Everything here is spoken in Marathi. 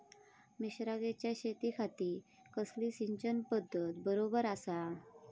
मिर्षागेंच्या शेतीखाती कसली सिंचन पध्दत बरोबर आसा?